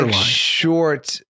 short-